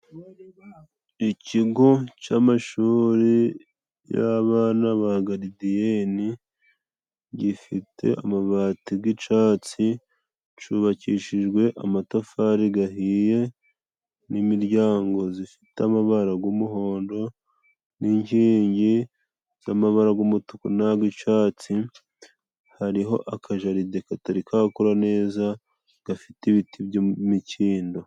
Ikigo c'amashuri y'abana ba garidiyeni gifite amabati g'icatsi, cubakishijwe amatafari gahiye n'imiryango zifite amabara g'umuhondo n'inkingi z'amabara g' umutuku nag'icatsi ,hariho akajaride katari kakura neza gafite ibiti by'imikindo.